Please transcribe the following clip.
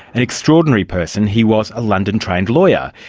an extraordinary person. he was a london-trained lawyer.